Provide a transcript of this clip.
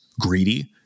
greedy